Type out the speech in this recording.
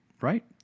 right